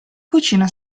cucina